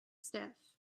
stiff